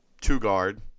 two-guard